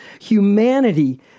Humanity